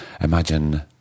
imagine